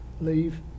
leave